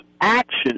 action